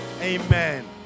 amen